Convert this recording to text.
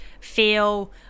feel